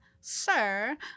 sir